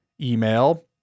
email